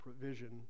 provision